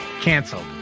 canceled